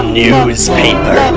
newspaper